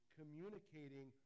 communicating